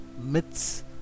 myths